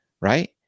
right